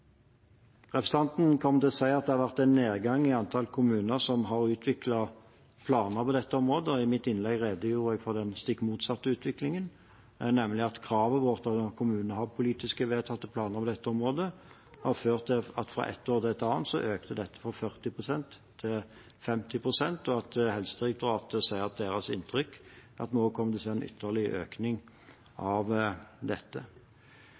Representanten sa at det har vært en nedgang i antall kommuner som har utviklet planer på dette området. I mitt innlegg redegjorde jeg for den stikk motsatte utviklingen, nemlig at kravet vårt om at kommunene har politisk vedtatte planer på dette området, har ført til at fra ett år til et annet økte dette fra 40 pst. til 50 pst. Helsedirektoratet sier at deres inntrykk er at vi også kommer til å se en ytterligere økning.